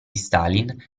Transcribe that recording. stalin